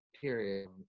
period